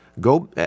go